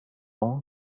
nom